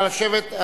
נא לשבת.